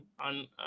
on